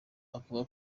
avuga